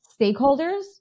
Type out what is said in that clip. stakeholders